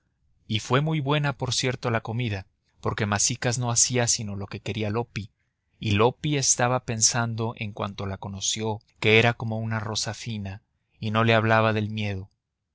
y fue muy buena por cierto la comida porque masicas no hacía sino lo que quería loppi y loppi estaba pensando en cuando la conoció que era como una rosa fina y no le hablaba del miedo